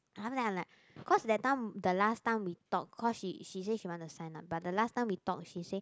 !huh! then i'm like cause that time the last time we talk she she say she wanna sign up but the last time we talk she say